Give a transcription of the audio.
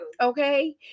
Okay